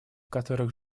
которых